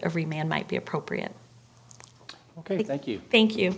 every man might be appropriate ok thank you